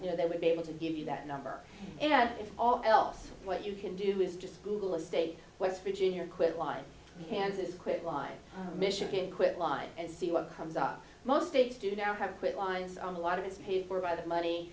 you know they would be able to give you that number and if all else what you can do is just google a state west virginia or quit line kansas quit line michigan quit line and see what comes up most a student now have quit lines on the lot of his paid for by the money